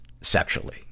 sexually